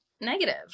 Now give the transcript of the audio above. negative